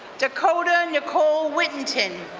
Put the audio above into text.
dakota nicole whittington,